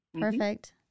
perfect